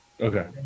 Okay